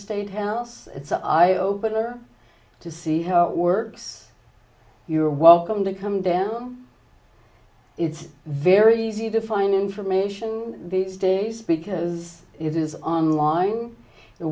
statehouse it's an eye opener to see how it works you're welcome to come down it's very easy to find information these days because it is online th